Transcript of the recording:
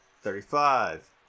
thirty-five